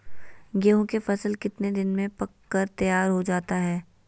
गेंहू के फसल कितने दिन में पक कर तैयार हो जाता है